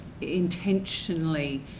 intentionally